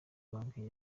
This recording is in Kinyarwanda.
banki